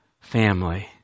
family